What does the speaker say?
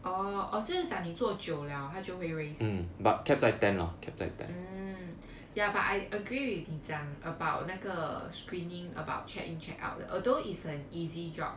oh oh 是讲你做久 liao 他就会 raise mm ya but I agree with 你讲那个 screening about check in check out although is an easy job